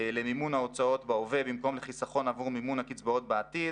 למימון ההוצאות בהווה במקום לחיסכון עבור מימון הקצבאות בעתיד,